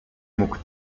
mógł